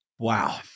Wow